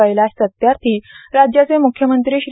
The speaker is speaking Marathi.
कैलाश सत्यार्थी राज्याचे म्ख्यमंत्री श्री